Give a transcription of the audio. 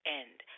end